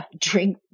drink